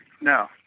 No